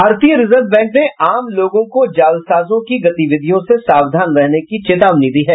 भारतीय reserve bank ने आम लोगों को जालसाजों की गतिविधियों से सावधान रहने की चेतावनी दी है